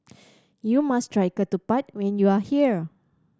you must try ketupat when you are here